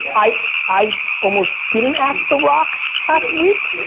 i i almost didn't ask the rock last week,